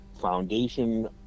Foundation